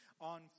on